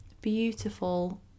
beautiful